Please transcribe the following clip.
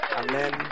amen